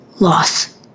loss